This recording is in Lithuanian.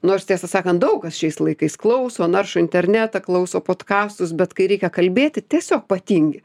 nors tiesą sakant daug kas šiais laikais klauso naršo internetą klauso podkastus bet kai reikia kalbėti tiesiog patingi